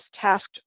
tasked